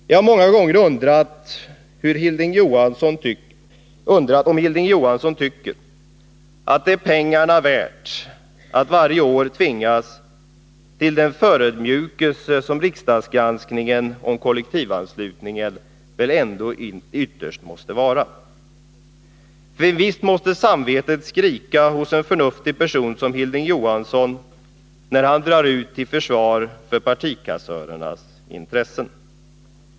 Jag har många gånger undrat om Hilding Johansson tycker att det är pengarna värt att varje år tvingas till den förödmjukelse som riksdagsgranskningen av kollektivanslutningen väl ändå ytterst måste vara. Visst måste samvetet skrika hos en förnuftig person som Hilding Johansson, när han drar ut till försvar för partikassörernas intressen.